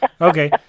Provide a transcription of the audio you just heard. Okay